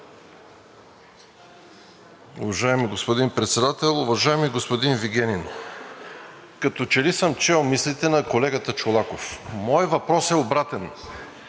Уважаеми господин Председател! Уважаеми господин Вигенин, като че ли съм чел мислите на колегата, моят въпрос е обратен: